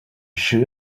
sure